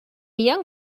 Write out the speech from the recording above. young